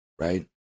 right